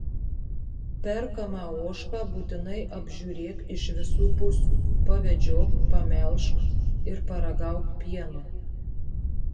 perkamą ožką būtinai apžiūrėk iš visų pusių pavedžiok pamelžk ir paragauk pieno